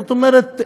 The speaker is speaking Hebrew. זאת אומרת,